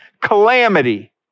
calamity